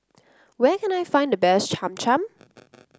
where can I find the best Cham Cham